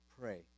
Pray